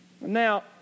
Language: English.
Now